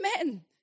Amen